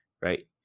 right